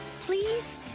Please